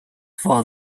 for